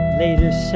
later